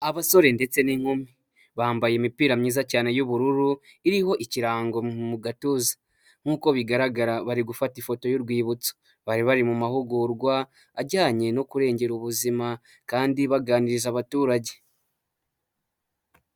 Abasore ndetse n'inkumi bambaye, imipira myiza cyane y'ubururu iriho ikirango mu gatuza nk'uko bari gufata ifoto y'urwibutso bari bari mu mahugurwa ajyanye no kurengera ubuzima kandi baganiriza abaturage.